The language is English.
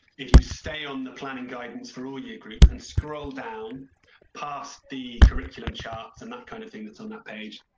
if you stay on the planning guidance for all your grief and scroll down past the curriculum charts and that kind of thing that's on that page,